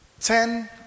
Ten